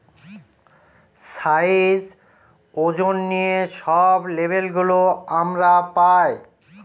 size, ওজন নিয়ে সব লেবেল গুলো আমরা পায়